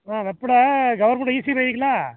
ஆ வெப்பட கவர்மெண்ட் இசி மையங்களா